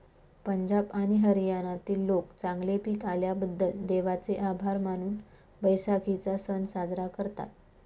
पंजाब आणि हरियाणातील लोक चांगले पीक आल्याबद्दल देवाचे आभार मानून बैसाखीचा सण साजरा करतात